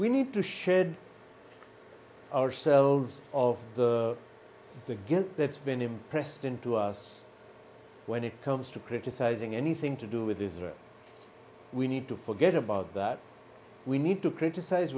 we need to shed ourselves of the guilt that's been impressed into us when it comes to criticizing anything to do with israel we need to forget about that we need to criticize